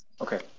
Okay